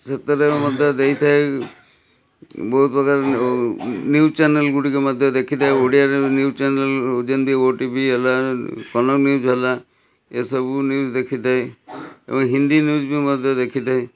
ସେଥିରେ ମଧ୍ୟ ଦେଇଥାଏ ବହୁତ ପ୍ରକାର ନ୍ୟୁଜ୍ ଚ୍ୟାନେଲ୍ଗୁଡ଼ିକ ମଧ୍ୟ ଦେଖିଥାଏ ଓଡ଼ିଆ ନ୍ୟୁଜ୍ ଚ୍ୟାନେଲ୍ରୁ ଯେମିତି ଓ ଟି ଭି ହେଲା କନକ ନ୍ୟୁଜ୍ ହେଲା ଏସବୁ ନ୍ୟୁଜ୍ ଦେଖିଥାଏ ଏବଂ ହିନ୍ଦୀ ନ୍ୟୁଜ୍ ବି ମଧ୍ୟ ଦେଖିଥାଏ